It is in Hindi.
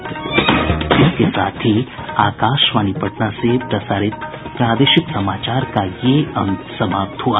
इसके साथ ही आकाशवाणी पटना से प्रसारित प्रादेशिक समाचार का ये अंक समाप्त हुआ